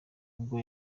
bwo